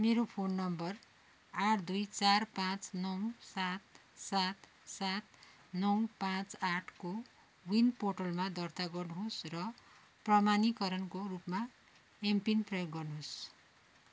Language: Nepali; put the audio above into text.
मेरो फोन नम्बर आठ दुई चार पाँच नौ सात सात सात नौ पाँच आठ कोविन पोर्टलमा दर्ता गर्नुहोस् र प्रमाणीकरणको रूपमा एमपिन प्रयोग गर्नुहोस्